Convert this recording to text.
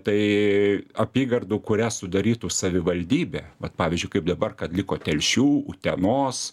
tai apygardų kurią sudarytų savivaldybė vat pavyzdžiui kaip dabar kad liko telšių utenos